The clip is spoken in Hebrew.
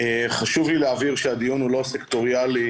חשוב לי להבהיר שהדיון הוא לא סקטוריאלי.